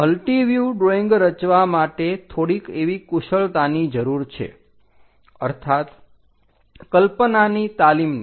multiview drawing રચવા માટે થોડીક એવી કુશળતાની જરૂર છે અર્થાત કલ્પનાની તાલીમની